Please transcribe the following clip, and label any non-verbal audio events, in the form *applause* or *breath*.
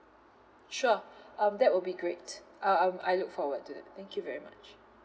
sure *breath* um that will be great uh I'm I'll look forward to it thank you very much